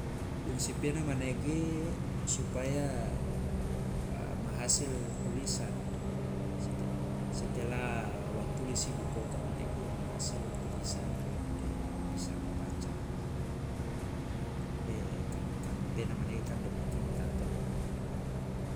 Fungsi pena manege supaya ma hasil tulisan, sete setelah wa tulisi buku oka manege ma hasil tulisan de bisa wa baca. De kan- kan- pena mane kan dema tinta to.